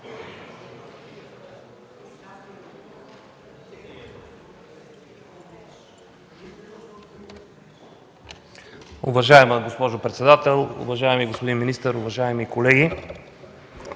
Уважаема госпожо председател, уважаеми господин министър, колеги!